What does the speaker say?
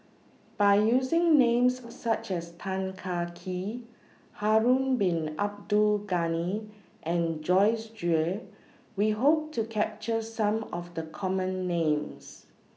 By using Names such as Tan Kah Kee Harun Bin Abdul Ghani and Joyce Jue We Hope to capture Some of The Common Names